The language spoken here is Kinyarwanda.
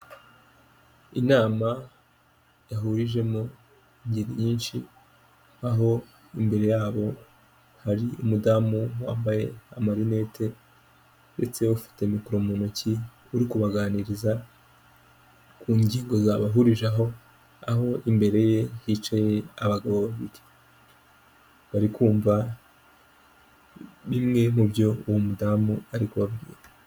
Inama yahurijwemo ingeri nyinshi, aho imbere yabo hari umudamu wambaye amarinete ndetse ufite mikoro mu ntoki, uri kubaganiriza ku ngingo zabahurije hamwe, aho imbere ye hicaye abagabo babiri barikumva bimwe mu byo uwo mudamu ari kubabwira.